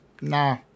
Nah